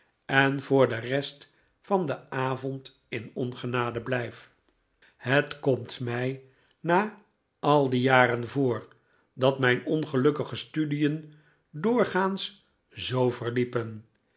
en voor de rest van den avond in ongenade blijf het komt mij na al die jaren voor dat mijn ongelukkige studien doorgaans zoo verliepen